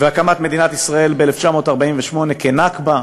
ואת הקמת מדינת ישראל ב-1948 כנכבה,